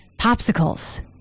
Popsicles